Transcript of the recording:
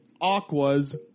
Aqua's